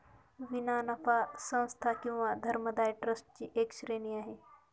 विना नफा संस्था किंवा धर्मदाय ट्रस्ट ची एक श्रेणी आहे